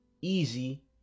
easy